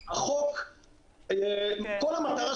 אם השרה תוכל לפרט מה המתווה